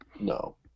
No